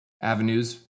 avenues